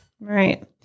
Right